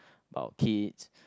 about kids